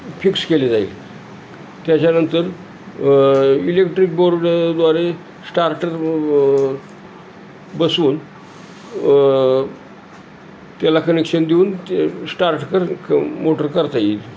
fix केले जाईल त्याच्यानंतर इलेक्ट्रिक बोर्डद्वारे स्टार्टर बसवून त्याला कनेक्शन देऊन ते स्टार्ट कर क मोटर करता येईल